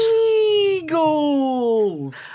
Eagles